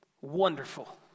wonderful